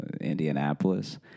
Indianapolis